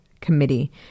committee